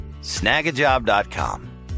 snagajob.com